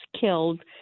killed